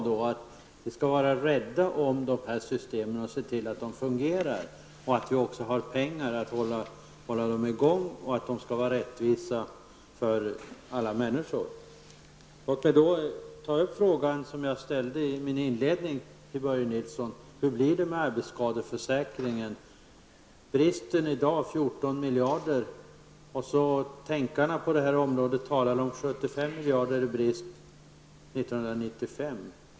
Vi skall vara rädda om systemen och se till att de fungerar, att vi har pengar så att vi kan hålla dem i gång och att de skall vara rättvisa för alla människor. Låt mig då ta upp den fråga som jag ställde till Börje Nilsson i mitt inledningsanförande: Hur blir det med arbetsskadeförsäkringen? Vi har i dag en brist på 14 miljarder. Tänkarna på det här området talar om en brist på 75 miljarder 1995.